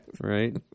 right